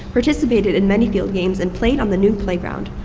participated in many field games, and played on the new playground.